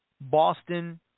Boston